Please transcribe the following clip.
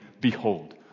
Behold